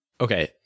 okay